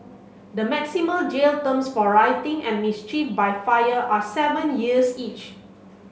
the maximum jail terms for rioting and mischief by fire are seven years each